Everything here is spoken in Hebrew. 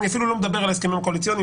אני אפילו לא מדבר על ההסכמים הקואליציוניים,